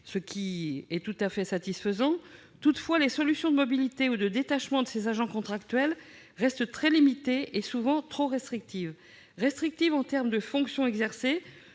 ce qui est tout à fait satisfaisant. Toutefois, les solutions de mobilité ou de détachement de ces agents contractuels restent très limitées et sont souvent trop restrictives, que ce soit en termes de fonctions exercées-